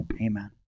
amen